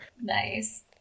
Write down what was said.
Nice